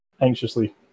anxiously